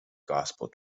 gospel